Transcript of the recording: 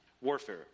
Warfare